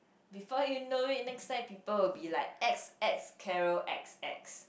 before you know it next time people will be like X X Carol X X